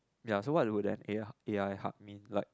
ya so what would there A_I A_I hub mean like